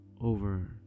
over